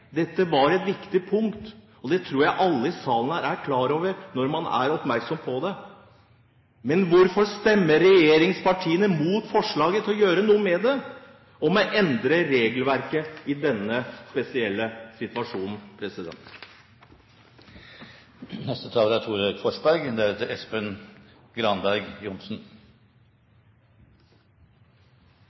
dette ville han gjøre noe med, dette var et viktig punkt. Det tror jeg alle i salen her er klar over når man er oppmerksom på det. Men hvorfor stemmer regjeringspartiene mot forslaget om å gjøre noe med det og endre regelverket i denne spesielle situasjonen?